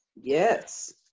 yes